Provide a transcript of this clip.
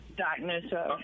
diagnose